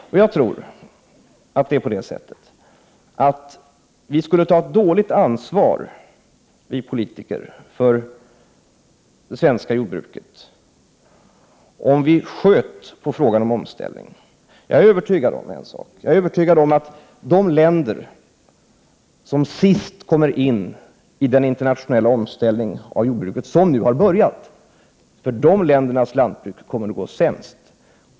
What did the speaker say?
Jag tror att vi politiker skulle ta ett dåligt ansvar för det svenska jordbruket, om vi uppsköt frågan om omställningen. Jag är övertygad om att det kommer att gå sämst för lantbruket i de länder som sist kommer in i den internationella omställningen av jordbruket, den omställning som nu har börjat.